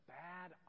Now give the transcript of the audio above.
bad